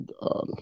god